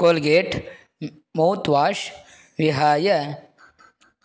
Colgate mouth wash विहाय